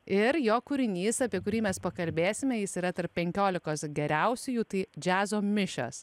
ir jo kūrinys apie kurį mes pakalbėsime jis yra tarp penkiolikos geriausiųjų tai džiazo mišios